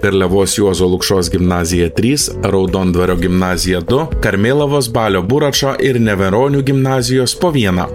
garliavos juozo lukšos gimnazija trys raudondvario gimnazija du karmėlavos balio buračo ir neveronių gimnazijos po vieną